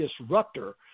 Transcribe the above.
disruptor